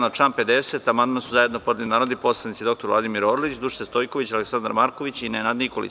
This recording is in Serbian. Na član 50. amandman su zajedno podneli narodni poslanici dr Vladimir Orlić, Dušica Stojković, Aleksandar Marković i Nenad Nikolić.